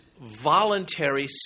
voluntary